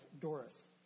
Doris